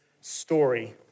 story